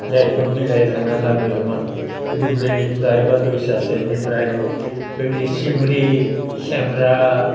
जायफोर बिलाइ खाना लाबोयोमोन दुब्लिनिफ्राय बा दैसा सेरनिफ्राय बेबायदि सिमरि सेमरा